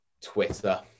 Twitter